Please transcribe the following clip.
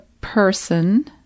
person